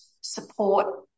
support